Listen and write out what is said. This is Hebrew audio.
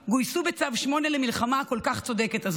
גויסו בצו 8 למלחמה הכל-כך צודקת הזו.